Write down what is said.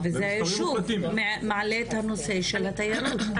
זה שוב מעלה את הנושא של תיירות.